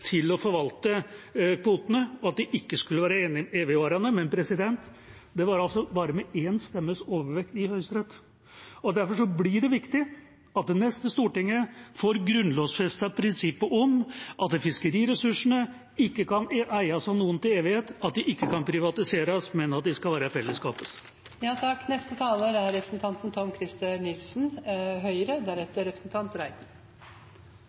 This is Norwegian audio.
til å forvalte kvotene, og at de ikke skulle være evigvarende, men det var altså bare med én stemmes overvekt i Høyesterett. Derfor blir det viktig at det neste stortinget får grunnlovsfestet prinsippet om at fiskeriressursene ikke kan eies av noen til evighet, at de ikke kan privatiseres, men at de skal være